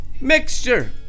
mixture